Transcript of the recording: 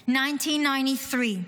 1993,